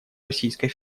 российской